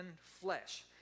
flesh